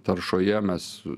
taršoje mes